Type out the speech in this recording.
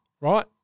Right